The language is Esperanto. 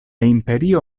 imperio